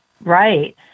Right